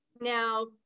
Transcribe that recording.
Now